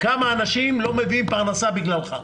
כמה אנשים לא מביאים פרנסה בגללך.